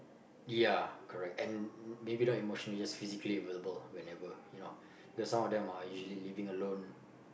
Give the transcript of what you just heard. ya correct and maybe not emotionally just physically available whenever you know cause some of them are actually living alone